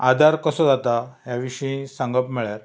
आदार कसो जाता हे विशीं सांगप म्हणल्यार